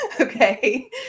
Okay